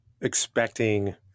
expecting